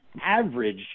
average